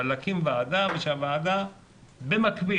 אבל להקים ועדה ושהוועדה במקביל,